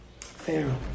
Pharaoh